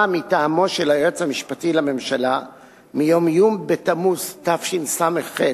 מטעמו של היועץ המשפטי לממשלה מיום י' בתמוז תשס"ח,